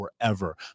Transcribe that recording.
forever